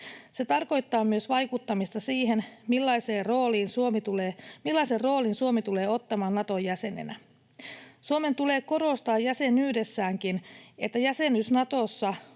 Se tarkoittaa myös vaikuttamista siihen, millaisen roolin Suomi tulee ottamaan Naton jäsenenä. Suomen tulee korostaa jäsenyydessäänkin, että jäsenyys Natossa